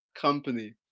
company